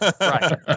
Right